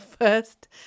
first